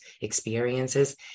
experiences